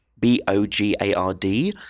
B-O-G-A-R-D